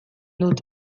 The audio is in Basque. ditut